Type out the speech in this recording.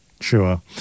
Sure